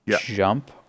jump